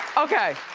okay.